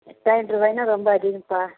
ரெண்ட்ரூவாய்னா ரொம்ப அதிகம்ப்பா